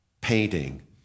painting